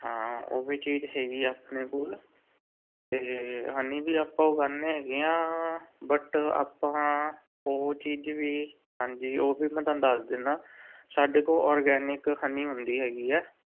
ਹਾਂ ਉਹ ਵੀ ਚੀਜ਼ ਹੈਗੀ ਆ ਆਪਣੇ ਕੋਲ ਅਤੇ ਹਨੀ ਵੀ ਆਪਾਂ ਉਗਾਉਂਦੇ ਹੈਗੇ ਹਾਂ ਬਟ ਆਪਾਂ ਉਹ ਚੀਜ਼ ਵੀ ਹਾਂਜੀ ਉਹ ਵੀ ਮੈਂ ਤੁਹਾਨੂੰ ਦੱਸ ਦਿੰਦਾ ਸਾਡੇ ਕੋਲ ਔਰਗੈਨਿਕ ਹਨੀ ਹੁੰਦੀ ਹੈਗੀ ਹੈ